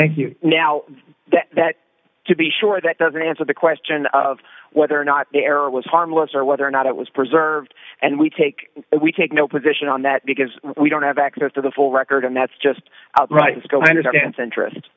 thank you now that to be sure that doesn't answer the question of whether or not the error was harmless or whether or not it was preserved and we take it we take no position on that because we don't have access to the full record and that's just right it's going to understand centrist